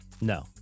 no